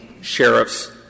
sheriffs